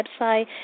website